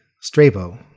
Strabo